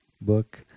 book